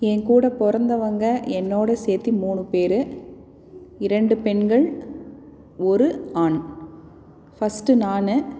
என்கூடப் பிறந்தவங்க என்னோடு சேர்த்து மூணு பேர் இரண்டு பெண்கள் ஒரு ஆண் ஃபஸ்டு நான்